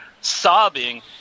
sobbing